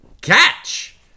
catch